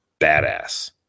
badass